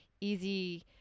easy